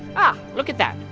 ah, look at that.